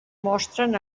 mostren